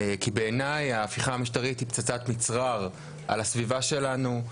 כי בעיני ההפיכה המשטרית היא פצצת מצרר על הסביבה שלנו,